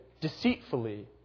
deceitfully